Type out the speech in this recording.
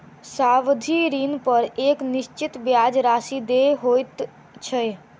सावधि ऋणपर एक निश्चित ब्याज राशि देय होइत छै